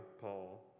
Paul